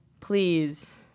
please